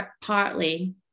partly